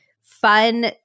fun